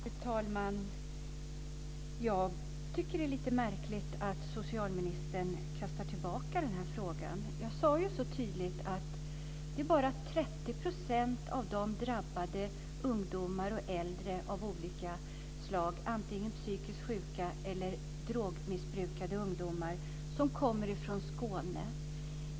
Fru talman! Jag tycker att det är lite märkligt att socialministern kastar tillbaka frågan. Jag sade så tydligt att det bara är 30 % av de drabbade ungdomar och äldre av olika slag, antingen psykiskt sjuka eller drogmissbrukande ungdomar, som kommer från Skåne.